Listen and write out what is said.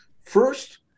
First